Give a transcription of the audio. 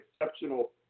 exceptional